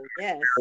yes